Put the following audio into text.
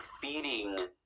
feeding